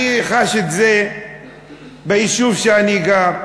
אני חש את זה ביישוב שאני גר,